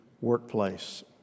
workplace